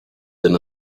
than